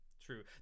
True